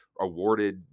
awarded